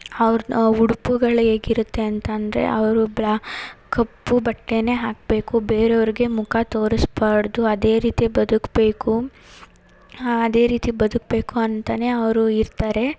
ಅವ್ರ ಉಡುಪುಗಳು ಹೇಗ್ ಇರುತ್ತೆ ಅಂತಂದರೆ ಅವರು ಬ್ರಾ ಕಪ್ಪು ಬಟ್ಟೆನೇ ಹಾಕಬೇಕು ಬೇರೆಯವ್ರಿಗೆ ಮುಖ ತೋರಿಸ್ಬಾರ್ದು ಅದೇ ರೀತಿ ಬದುಕಬೇಕು ಅದೇ ರೀತಿ ಬದುಕಬೇಕು ಅಂತಲೇ ಅವರು ಇರ್ತಾರೆ